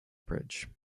bridge